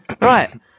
right